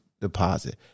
deposit